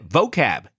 Vocab